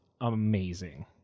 amazing